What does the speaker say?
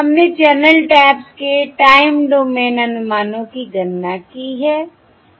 हमने channel taps के time domain अनुमानों की गणना की है